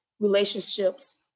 relationships